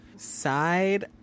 Side